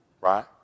Right